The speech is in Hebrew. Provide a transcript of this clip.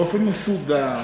באופן מסודר,